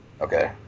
Okay